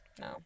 no